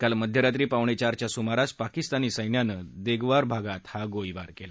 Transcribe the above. काल मध्यरात्री पावणेचारच्या सुमारास पाकिस्तानीसैन्याने देगवार भागात हा गोळीबार केला